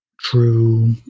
true